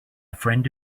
friend